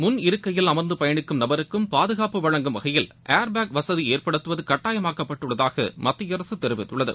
முன் இருக்கையில் அமர்ந்து பயணிக்கும் நபருக்கும் பாதுகாப்பு வழங்கும் வகையில் ஏர்பேக் வசதி ஏற்படுத்துவது கட்டாயமாக்கப்பட்டுள்ளதாக மத்திய அரசு தெரிவித்துள்ளது